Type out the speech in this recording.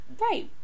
Right